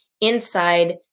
inside